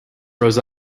rose